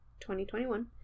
2021